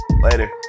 later